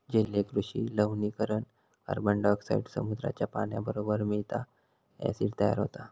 जलीय कृषि लवणीकरण कार्बनडायॉक्साईड समुद्राच्या पाण्याबरोबर मिळता, ॲसिड तयार होता